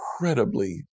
incredibly